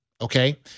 okay